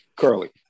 curly